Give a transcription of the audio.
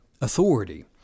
Authority